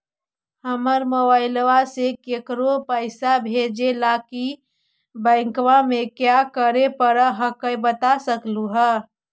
हमरा मोबाइलवा से केकरो पैसा भेजे ला की बैंकवा में क्या करे परो हकाई बता सकलुहा?